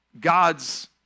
God's